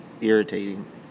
irritating